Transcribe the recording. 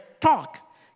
talk